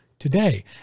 Today